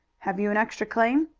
have you an extra claim?